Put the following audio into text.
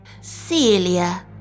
Celia